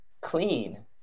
clean